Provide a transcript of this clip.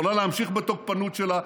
יכולה להמשיך בתוקפנות שלה.